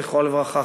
זכרו לברכה,